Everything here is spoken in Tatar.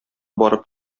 барып